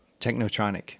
Technotronic